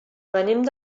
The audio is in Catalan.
venim